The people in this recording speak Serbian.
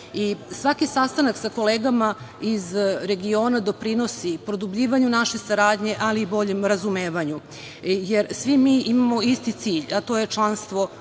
Svaki sastanak sa kolegama iz regiona doprinosi produbljivanju naše saradnje, ali i boljem razumevanju, jer svi mi imamo isti cilj, a to je članstvo